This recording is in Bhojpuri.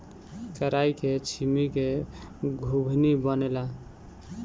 कराई के छीमी के घुघनी बनेला